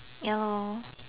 ya lor